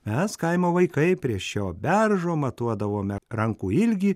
mes kaimo vaikai prie šio beržo matuodavome rankų ilgį